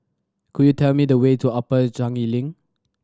could you tell me the way to Upper Changi Link